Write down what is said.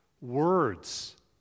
Words